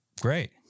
great